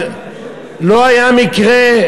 לא היה מקרה,